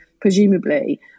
presumably